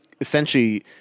essentially